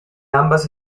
ambas